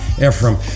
Ephraim